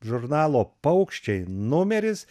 žurnalo paukščiai numeris